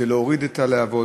זה להוריד את הלהבות,